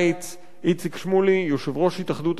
איציק שמולי, יושב-ראש התאחדות הסטודנטים,